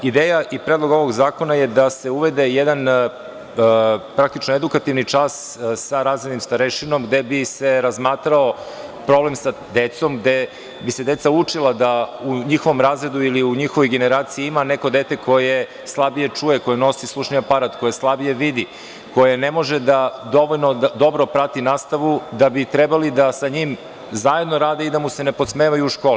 Ideja i predlog ovog zakona je da se uvede jedan praktično edukativni čas sa razrednim starešinom, gde bi se razmatrao problem sa decom, gde bi se deca učila da u njihovom razredu ili u njihovoj generaciji ima neko dete koje slabije čuje, koje nosi slušni aparat, koje slabije vidi, koje ne može da dovoljno dobro prati nastavu, da bi trebalo da sa njim zajedno rade i da mu se ne podsmevaju u školi.